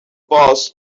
boss